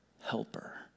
helper